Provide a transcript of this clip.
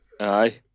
Aye